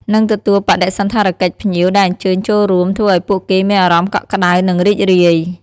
និងទទួលបដិសណ្ឋារកិច្ចភ្ញៀវដែលអញ្ជើញចូលរួម ធ្វើឲ្យពួកគេមានអារម្មណ៍កក់ក្តៅ និងរីករាយ។